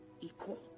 equal